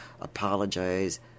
apologize